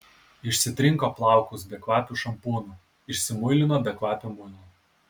išsitrinko plaukus bekvapiu šampūnu išsimuilino bekvapiu muilu